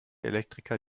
elektriker